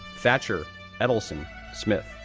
thatcher edelson smith,